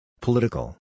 Political